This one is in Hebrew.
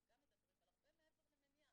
אבל גם מדברים על הרבה מעבר למניעה,